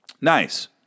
Nice